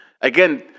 Again